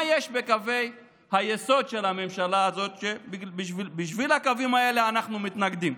מה יש בקווי היסוד של הממשלה הזאת שבשל הקווים האלה אנחנו מתנגדים?